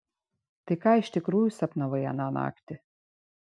tai ką iš tikrųjų sapnavai aną naktį